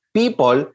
people